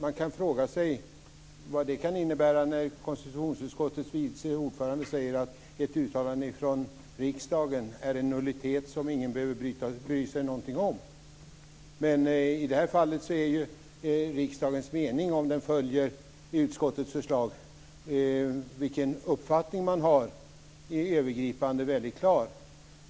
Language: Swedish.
Man kan fråga sig vad det kan innebära när konstitutionsutskottets vice ordförande säger att ett uttalande från riksdagen är en nullitet som ingen behöver bry sig någonting om. I det här fallet är riksdagens uppfattning, om den följer utskottets förslag, väldigt klar.